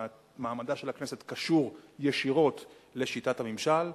ומעמדה של הכנסת קשור ישירות לשיטת הממשל.